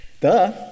Duh